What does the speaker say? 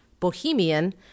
Bohemian